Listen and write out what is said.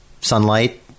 sunlight